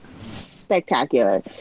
spectacular